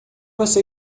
você